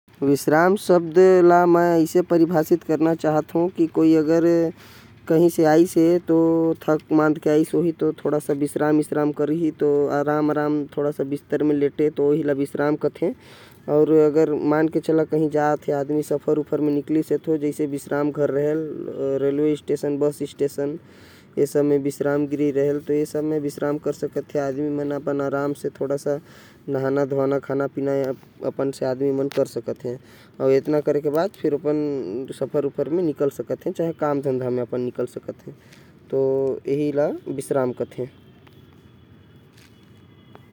विश्राम शब्द के मै ऐ कहना चाहत हो की जब कोई हर थक जाएल। तो ओके आराम करे के होथे चाहे ओ हर काम कर के थके। अउ या सफऱ या खेती किसानी कर के ओकर। बाद जब ओ हर पसर जाएल तो ओला आराम करेल। ओहि हर विश्राम कहलाएल अउ आदमी रेलवे स्टेशन बस स्टेण्ड में। विश्राम गृह होते वही आदमी मन आराम करथे, नहाथे धोथे खा थे पिथे।